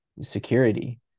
security